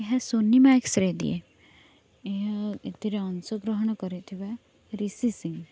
ଏହା ସୋନିମାକ୍ସରେ ଦିଏ ଏହା ଏଥିରେ ଅଂଶଗ୍ରହଣ କରିଥିବା ରିଷି ସିଂ